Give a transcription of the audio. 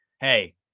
hey